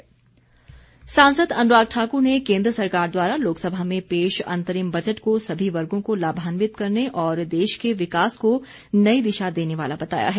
अनुराग ठाकुर सांसद अनुराग ठाकुर ने केन्द्र सरकार द्वारा लोकसभा में पेश अंतरिम बजट को सभी वर्गों को लाभान्वित करने और देश के विकास को नई दिशा देने वाला बताया है